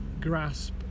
grasp